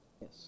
Yes